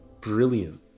Brilliant